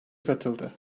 katıldı